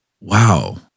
wow